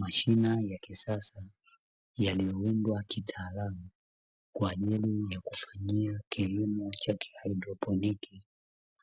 Mashina ya kisasa yaliyoundwa kitaalamu kwa ajili ya kufanyia kilimo ya kiahydroponi